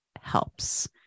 helps